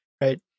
Right